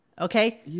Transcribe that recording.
Okay